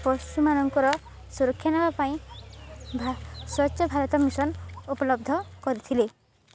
ପଶୁମାନଙ୍କର ସୁରକ୍ଷା ନେବା ପାଇଁ ସ୍ୱଚ୍ଛ ଭାରତ ମିଶନ ଉପଲବ୍ଧ କରିଥିଲେ